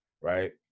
right